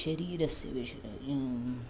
शरीरस्य विषये